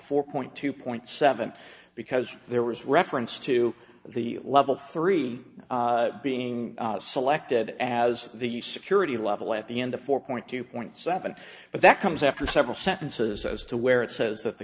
four point two point seven because there was reference to the level three being selected as the security level at the end of four point two point seven but that comes after several sentences as to where it says that the